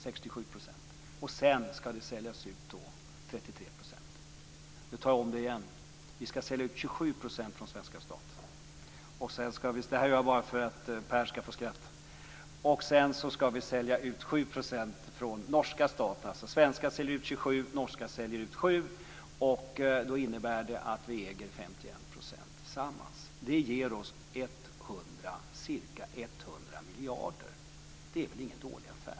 Sedan skall 33 % Jag tar om det igen. Vi skall sälja ut 27 % från svenska staten - detta gör jag bara för att Per skall få skratta - och sedan skall vi sälja ut 7 % från norska staten. Alltså svenska staten säljer ut 27 % och norska staten säljer ut 7 %. Det innebär att vi äger 51 % tillsammans. Det ger oss ca 100 miljarder. Det är väl ingen dålig affär!